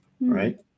Right